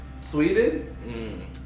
Sweden